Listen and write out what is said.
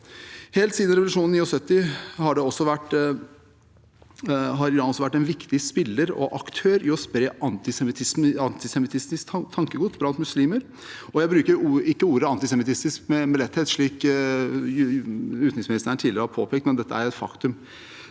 Helt siden revolusjonen i 1979 har Iran også vært en viktig spiller og aktør i å spre antisemittisk tankegods blant muslimer. Jeg bruker ikke ordet «antisemittisk» med letthet, slik utenriksministeren tidligere har påpekt. Dette er et faktum.